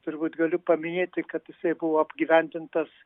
turbūt galiu paminėti kad jisai buvo apgyvendintas